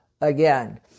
again